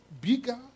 bigger